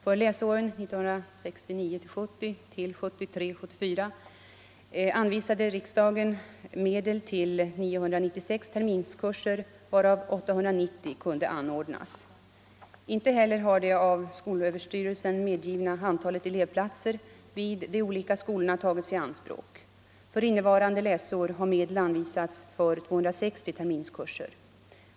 För läsåren 1969 74 anvisade riksdagen medel till 996 terminskurser varav 890 kunde anordnas. Inte heller har det av skolöverstyrelsen medgivna antalet elevplatser vid de olika skolorna tagits i anspråk. För innevarande läsår har medel anvisats för 260 terminskurser.